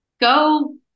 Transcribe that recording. go